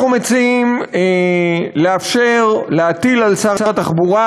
אנחנו מציעים לאפשר להטיל על שר התחבורה,